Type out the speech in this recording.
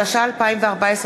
התשע"ה 2014,